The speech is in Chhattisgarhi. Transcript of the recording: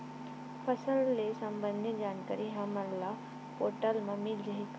फसल ले सम्बंधित जानकारी हमन ल ई पोर्टल म मिल जाही का?